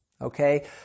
okay